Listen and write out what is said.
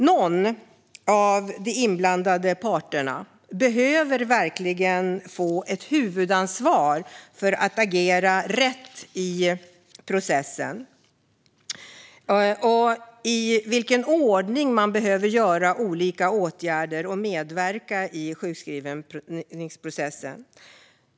Någon av de inblandade parterna behöver få ett huvudansvar för att agera rätt i processen vad gäller i vilken ordning man behöver vidta olika åtgärder och medverka i sjukskrivningsprocessen.